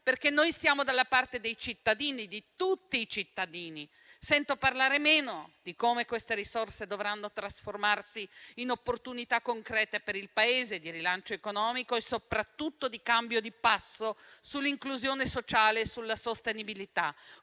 perché noi siamo dalla parte dei cittadini, di tutti i cittadini. Sento parlare meno di come queste risorse dovranno trasformarsi in opportunità concrete per il Paese di rilancio economico e soprattutto di cambio di passo sull'inclusione sociale e sulla sostenibilità.